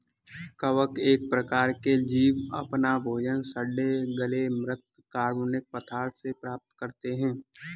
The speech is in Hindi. कवक एक प्रकार के जीव अपना भोजन सड़े गले म्रृत कार्बनिक पदार्थों से प्राप्त करते हैं